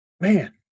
Man